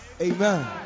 Amen